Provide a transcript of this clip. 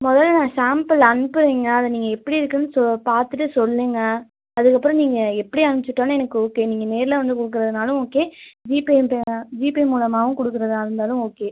முதல்ல நான் சாம்பிள் அனுப்புகிறேங்க அதை நீங்கள் எப்படி இருக்குதுனு சொ பார்த்துட்டு சொல்லுங்கள் அதுக்கப்புறம் நீங்கள் எப்படி அனுப்பிச்சி விட்டாலும் எனக்கு ஓகே நீங்கள் நேரில் வந்து கொடுக்கறதுனாலும் ஓகே ஜிபேன்ட்டு ஜிபே மூலமாகவும் கொடுக்குறதா இருந்தாலும் ஓகே